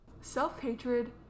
self-hatred